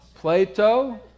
Plato